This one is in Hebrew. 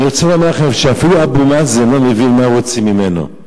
אני רוצה לומר לכם שאפילו אבו מאזן לא מבין מה רוצים ממנו.